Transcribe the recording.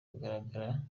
kugaragara